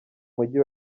mujyi